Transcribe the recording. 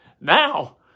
Now